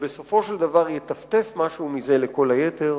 ובסופו של דבר יטפטף משהו מזה לכל היתר.